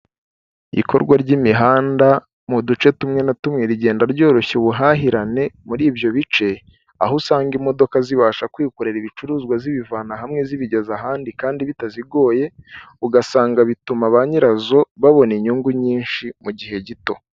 Ikorwa ry'imihanda mu duce tumwe na tumwe rigenda ryoroshya ubuhahirane muri ibyo bice, aho usanga imodoka zibasha kwikorera ibicuruzwa zibivana hamwe zibigeza ahandi, kandi bitazigoye ugasanga bituma ba nyirazo babona inyungu nyinshi mu gihe gito.